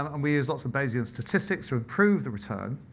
um we use lots of bayesian statistics to improve the return,